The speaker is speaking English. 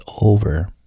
over